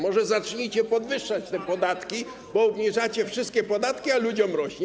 Może zacznijcie podwyższać te podatki, bo obniżacie wszystkie podatki, a ludziom rośnie.